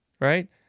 Right